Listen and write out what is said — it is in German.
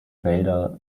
wälder